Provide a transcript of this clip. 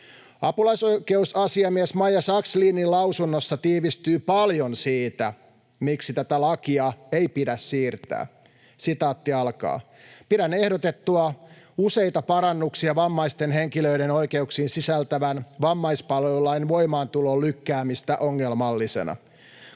Apulaisoikeusasiamies Maija Sakslinin lausunnossa tiivistyy paljon siitä, miksi tätä lakia ei pidä siirtää: ”Pidän ehdotettua useita parannuksia vammaisten henkilöiden oikeuksiin sisältävän vammaispalvelulain voimaantulon lykkäämistä ongelmallisena,